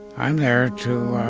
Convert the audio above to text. i'm there to